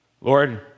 Lord